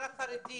החרדי,